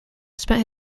spent